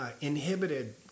inhibited